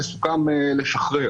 וסוכם לשחרר